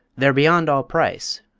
they're beyond all price,